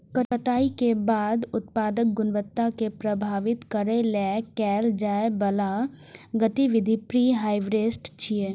कटाइ के बाद उत्पादक गुणवत्ता कें प्रभावित करै लेल कैल जाइ बला गतिविधि प्रीहार्वेस्ट छियै